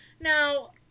Now